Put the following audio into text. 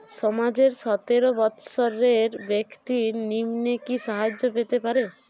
সমাজের সতেরো বৎসরের ব্যাক্তির নিম্নে কি সাহায্য পেতে পারে?